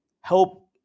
help